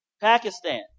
Pakistan